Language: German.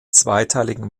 zweiteiligen